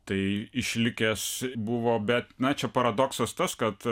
tai išlikęs buvo bet na čia paradoksas tas kad